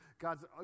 God's